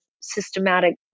systematic